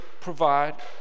provide